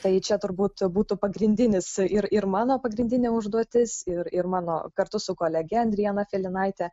tai čia turbūt būtų pagrindinis ir ir mano pagrindinė užduotis ir ir mano kartu su kolege andriana felinaite